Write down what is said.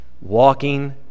walking